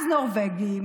אז נורבגים,